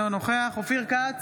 אינו נוכח אופיר כץ,